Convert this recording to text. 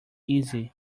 easy